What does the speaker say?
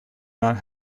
not